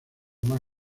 más